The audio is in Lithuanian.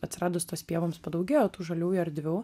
atsiradus tos pievoms padaugėjo tų žaliųjų erdvių